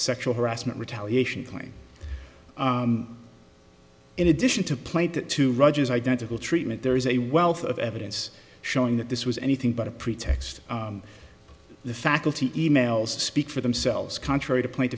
sexual harassment retaliation claim in addition to plate that to rogers identical treatment there is a wealth of evidence showing that this was anything but a pretext the faculty e mails speak for themselves contrary to point